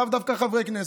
לאו דווקא חברי כנסת,